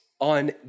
on